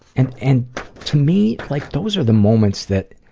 and and to me, like, those are the moments that,